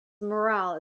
morale